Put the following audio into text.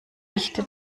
dichte